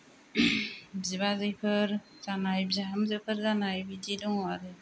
बिबाजैफोर जानाय बिहामजोफोर जानाय बिदि दङ आरो